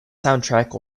soundtrack